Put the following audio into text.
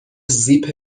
زیپ